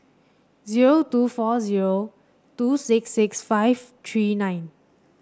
zero two four zero two six six five three nine